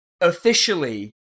officially